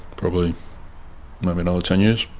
probably maybe another ten years.